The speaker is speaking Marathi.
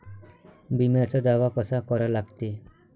बिम्याचा दावा कसा करा लागते?